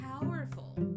powerful